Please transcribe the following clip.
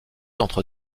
entre